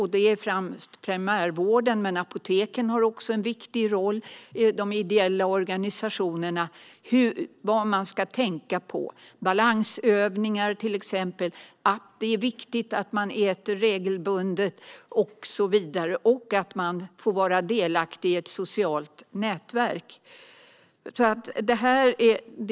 Här har primärvården och apoteken en viktig roll men även de ideella organisationerna. Det handlar om balansövningar, om att det är viktigt att man äter regelbundet, om att få vara delaktig i ett socialt nätverk och så vidare.